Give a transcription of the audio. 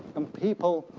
and people,